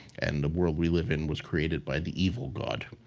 and the world we live in was created by the evil god,